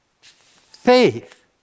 Faith